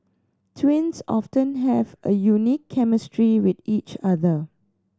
twins often have a unique chemistry with each other